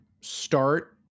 start